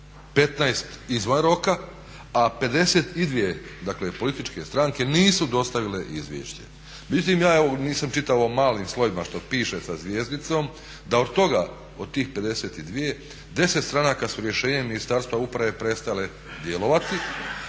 15 izvan roka, a 52 dakle političke stranke nisu dostavile izvješće. Međutim, ja evo nisam čitao ovo malim slovima što piše sa zvjezdicom da od toga, od tih 52, 10 stranaka su rješenjem Ministarstva uprave prestale djelovati,